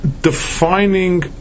defining